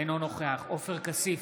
אינו נוכח עופר כסיף,